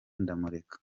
ndamureka